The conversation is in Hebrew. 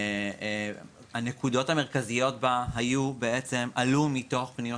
הנקודות המרכזיות בה עלו מתוך פניות